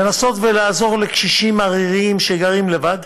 לנסות לעזור לקשישים עריריים, שגרים לבד,